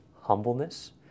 Humbleness